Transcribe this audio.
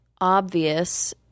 Obvious